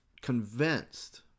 convinced